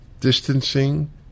Distancing